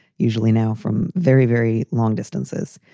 usually now from very, very long distances.